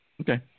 Okay